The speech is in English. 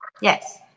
Yes